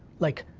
like,